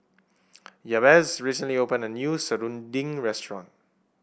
Jabez recently opened a new serunding restaurant